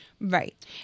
Right